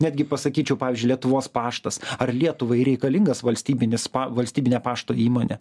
netgi pasakyčiau pavyžiui lietuvos paštas ar lietuvai reikalingas valstybinis valstybinė pašto įmonė